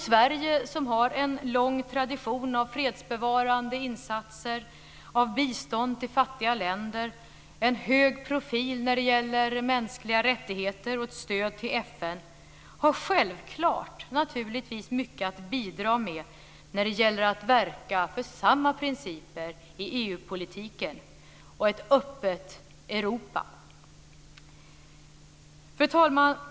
Sverige som har en lång tradition av fredsbevarande insatser, av bistånd till fattiga länder, en hög profil när det gäller mänskliga rättigheter och stöd till FN har självklart mycket att bidra med när det gäller att verka för samma principer i EU-politiken och för ett öppet Fru talman!